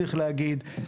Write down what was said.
צריך להגיד,